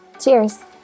Cheers